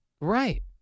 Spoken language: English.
Right